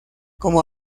como